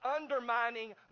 undermining